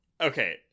okay